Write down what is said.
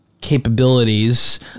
capabilities